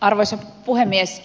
arvoisa puhemies